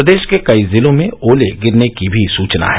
प्रदेश के कई जिलों में ओले गिरने की भी सूचना है